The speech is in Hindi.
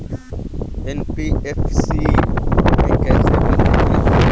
एन.बी.एफ.सी में कैसे पंजीकृत करें?